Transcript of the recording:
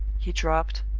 he dropped,